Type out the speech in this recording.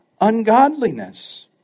ungodliness